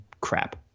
crap